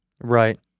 Right